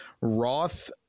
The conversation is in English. Roth